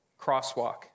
Crosswalk